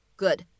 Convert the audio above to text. good